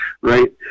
right